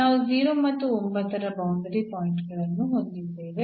ನಾವು 0 ಮತ್ತು 9 ರ ಬೌಂಡರಿ ಪಾಯಿಂಟ್ ಗಳನ್ನು ಹೊಂದಿದ್ದೇವೆ